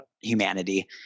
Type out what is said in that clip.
humanity